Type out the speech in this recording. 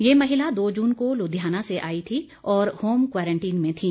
ये महिला दो जून को लुधियाना से आई थी और होम क्वारंटीन में थी